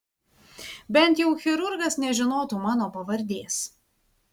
bent jau chirurgas nežinotų mano pavardės